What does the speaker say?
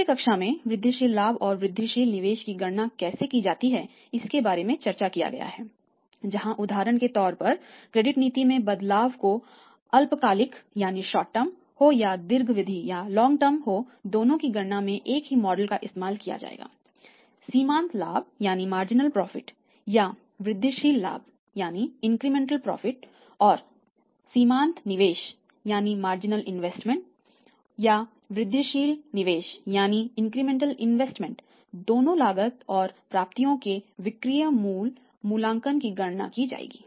पिछली कक्षा मे वृद्धिशील लाभ और वृद्धिशील निवेश की गणना कैसे की जाती है इसके बारे में चर्चा किया गया है जहां उदाहरण के तौर पर क्रेडिट नीति में बदलाव को अल्पकालिक दोनों लागत और प्राप्तियों के विक्रय मूल्य मूल्यांकन की गणना की जाएगी